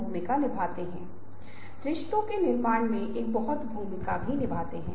ऐसा क्यों है कि हम आज विजुअल्स का इतना महत्वपूर्ण उपयोग कर रहे हैं